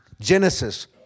Genesis